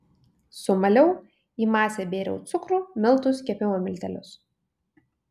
sumaliau į masę bėriau cukrų miltus kepimo miltelius